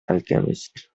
alchemist